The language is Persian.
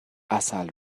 عسل